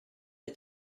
est